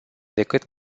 decât